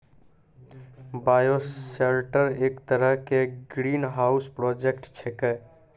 bioshelter एक तरह के ग्रीनहाउस प्रोजेक्ट छेकै